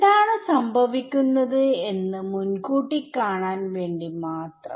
എന്താണ് സംഭവിക്കുന്നത് എന്ന് മുൻകൂട്ടി കാണാൻ വേണ്ടി മാത്രം